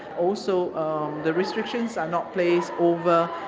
also the restrictions are not placed over,